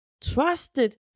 trusted